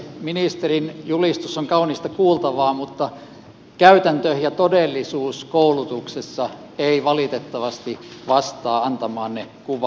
ministerin julistus on kaunista kuultavaa mutta käytäntö ja todellisuus koulutuksessa eivät valitettavasti vastaa antamaanne kuvaa